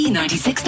96